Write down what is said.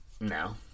no